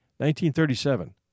1937